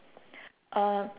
uh